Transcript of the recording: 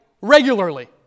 regularly